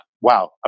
Wow